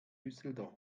düsseldorf